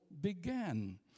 began